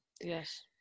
yes